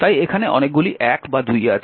তাই এখানে অনেকগুলি 1 বা 2 আছে